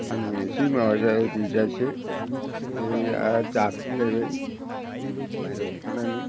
सानदुं एसे माबाजा रुइजासे बै आरो जाफिनलायबाय बाइहेरायाव ओंखारनानै